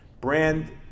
Brand